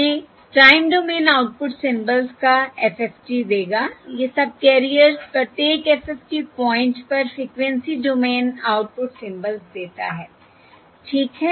ये time domain output symbols का FFT देगा ये सबकैरियर्स प्रत्येक FFT पॉइंट पर फ़्रीक्वेंसी डोमेन आउटपुट सिंबल्स देता है ठीक है